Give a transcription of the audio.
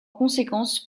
conséquence